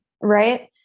right